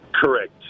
Correct